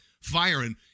firing